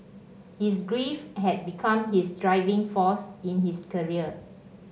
his grief had become his driving force in his career